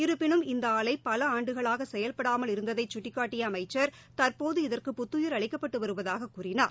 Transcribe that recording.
இருப்பினும் இந்த ஆலை பல ஆண்டுகளாக செயல்படாமல் இருந்ததை சுட்டிக்காட்டிய அமைச்சர் தற்போது இதற்கு புத்தயிர் அளிக்கப்பட்டு வருவதாக அவர் கூறினார்